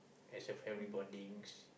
as a family bondings